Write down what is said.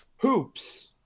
Hoops